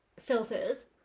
filters